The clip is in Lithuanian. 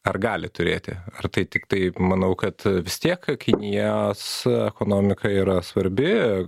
ar gali turėti ar tai tiktai manau kad vis tiek kinijos ekonomika yra svarbi